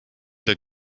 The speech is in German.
der